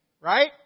right